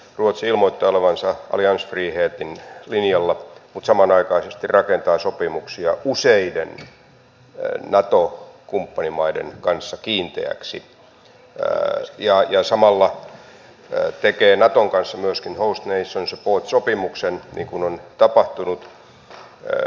ruotsi ilmoittaa olevansa alliansfriheten linjalla mutta samanaikaisesti rakentaa sopimuksia useiden nato kumppanimaiden kanssa kiinteiksi ja samalla tekee naton kanssa myöskin host nation support sopimuksen niin kuin on tapahtunut